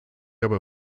aber